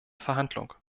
verhandlung